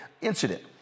incident